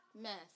mess